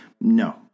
No